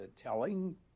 telling